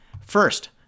First